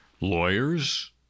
lawyers